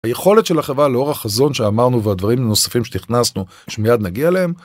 היכולת של החברה לאור החזון שאמרנו והדברים הנוספים שנכנסנו, שמיד נגיע אליהם.